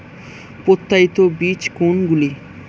প্রত্যায়িত বীজ কোনগুলি?